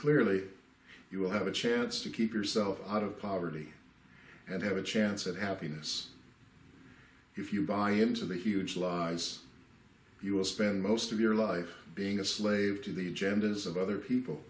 clearly you will have a chance to keep yourself out of poverty and have a chance at happiness if you buy into the huge lies you will spend most of your life being a slave to the agendas of other people